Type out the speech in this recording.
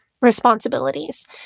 responsibilities